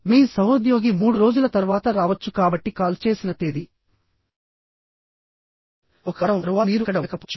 మీ సహోద్యోగి మూడు రోజుల తర్వాత రావచ్చు కాబట్టి కాల్ చేసిన తేదీ ఒక వారం తరువాత మీరు అక్కడ ఉండకపోవచ్చు